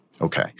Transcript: Okay